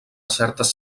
certes